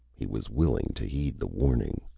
he was willing to heed the warning.